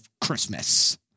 Christmas